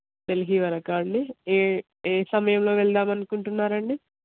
ఢిల్లీవరకా అండి ఏ ఏ సమయంలో వెళ్దాం అనుకుంటున్నారండి